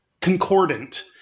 concordant